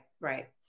right